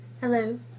Hello